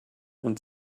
und